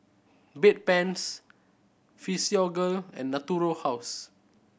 Bedpans Physiogel and Natura House